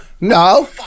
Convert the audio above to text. no